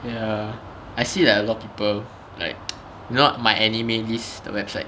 ya I see like a lot people like you know my anime list the website